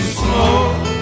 smoke